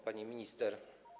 Pani Minister!